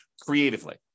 creatively